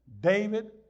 David